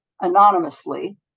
anonymously